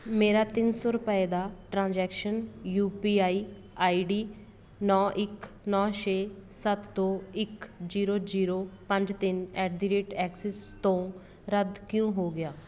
ਮੇਰਾ ਤਿੰਨ ਸੌ ਰੁਪਏ ਦਾ transaction U P I I D ਨੌਂ ਇੱਕ ਨੌਂ ਛੇ ਸੱਤ ਦੋ ਇੱਕ ਜੀਰੋ ਜੀਰੋ ਪੰਜ ਤਿੰਨ ਐਟ ਦੀ ਰੇਟ ਐਕਸਿਸ ਤੋਂ ਰੱਦ ਕਿਉਂ ਹੋ ਗਿਆ